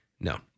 No